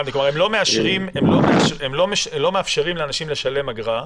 כלומר לא מאפשרים לאנשים לשלם אגרה.